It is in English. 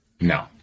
No